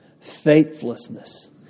faithlessness